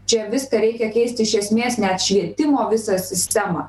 čia viską reikia keisti iš esmės net švietimo visą sistemą